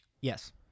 Yes